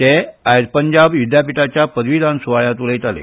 ते आयज पंजाब विद्यापिठाच्या पदविदान सुवाळ्यांत उलयताले